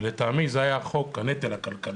ולטעמי זה היה חוק הנטל הכלכלי.